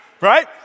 Right